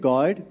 God